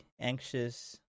anxious